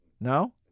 No